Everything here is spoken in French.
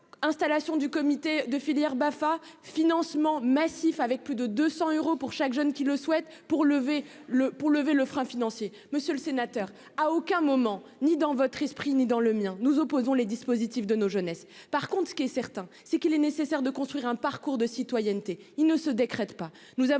Installation du comité de filière BAFA financement massif avec plus de 200 euros pour chaque jeune qui le souhaite pour lever le pour lever le frein financier monsieur le sénateur, à aucun moment, ni dans votre esprit, ni dans le mien nous opposons les dispositifs de nos jeunesse par contre ce qui est certain c'est qu'il est nécessaire de construire un parcours de citoyenneté, il ne se décrète pas.